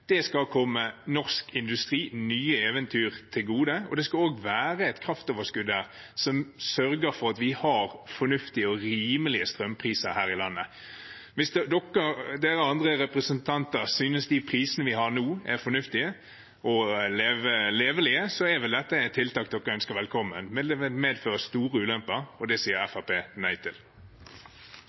skal komme norsk industri og nye eventyr til gode. Det skal også være et kraftoverskudd der som sørger for at vi har fornuftige og rimelige strømpriser her i landet. Hvis andre representanter synes de prisene vi har nå, er fornuftige og levelige, er dette et tiltak de ønsker velkommen. Men det vil medføre store ulemper, og det sier Fremskrittspartiet nei til.